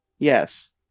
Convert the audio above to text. Yes